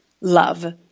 love